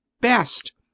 best